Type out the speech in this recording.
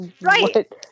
right